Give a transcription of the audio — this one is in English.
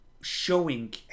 showing